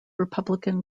republican